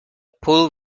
pool